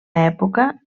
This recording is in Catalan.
època